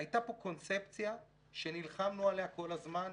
הייתה פה קונספציה שנלחמנו עליה כל הזמן,